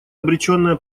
обреченная